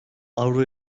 avro